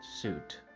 suit